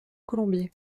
colombier